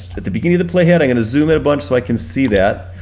at the beginning of the playhead. i'm gonna zoom in a bunch so i can see that,